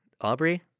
Aubrey